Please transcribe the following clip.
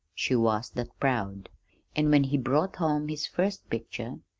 she was that proud an' when he brought home his first picture,